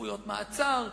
סמכויות מעצר,